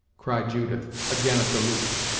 cried judith, again at the loop.